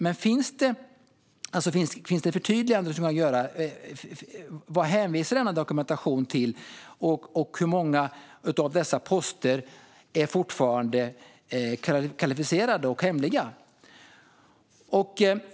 Men finns det förtydliganden om vad denna dokumentation hänvisar till, och hur många av posterna är fortfarande klassificerade och hemliga?